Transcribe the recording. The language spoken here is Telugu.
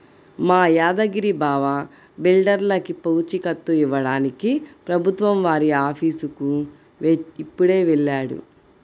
మా యాదగిరి బావ బిడ్డర్లకి పూచీకత్తు ఇవ్వడానికి ప్రభుత్వం వారి ఆఫీసుకి ఇప్పుడే వెళ్ళాడు